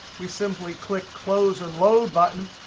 we simply click close and load button.